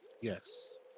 Yes